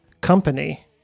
Company